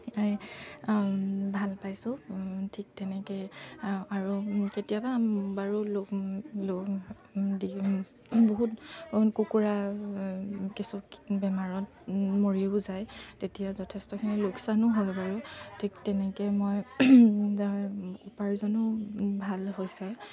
এই ভাল পাইছোঁ ঠিক তেনেকৈ আৰু কেতিয়াবা বাৰু বহুত কুকুৰা কিছু বেমাৰত মৰিও যায় তেতিয়া যথেষ্টখিনি লোকচানো হয় বাৰু ঠিক তেনেকৈ মই উপাৰ্জনো ভাল হৈছে